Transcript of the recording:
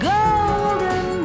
Golden